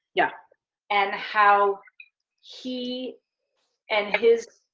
yeah and how he and his